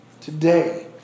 Today